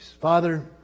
Father